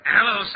Hello